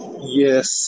Yes